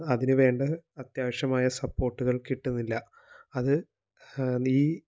അതിനുവേണ്ട അത്യാവശ്യമായ സപ്പോർട്ടുകൾ കിട്ടുന്നില്ല അത് അത് ഈ